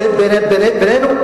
בינינו,